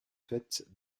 faite